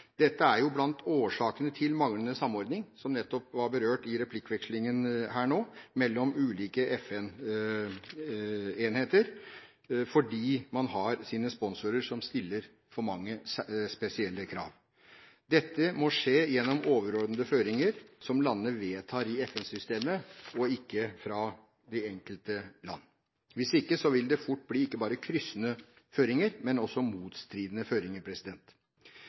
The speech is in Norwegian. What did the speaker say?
Dette er blant årsakene til manglende samordning, som nettopp ble berørt i replikkvekslingen her, mellom ulike FN-enheter – man har sine sponsorer som stiller for mange spesielle krav. Dette må skje gjennom overordnede føringer som landene vedtar i FN-systemet, og ikke fra de enkelte land. Hvis ikke vil det fort bli ikke bare kryssende føringer, men også motstridende føringer.